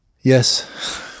yes